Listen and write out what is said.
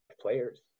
players